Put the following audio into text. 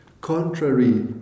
contrary